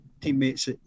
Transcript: teammates